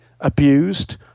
abused